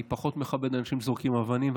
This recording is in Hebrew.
אני פחות מכבד אנשים שזורקים אבנים,